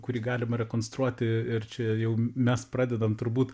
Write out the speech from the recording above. kurį galima rekonstruoti ir čia jau mes pradedam turbūt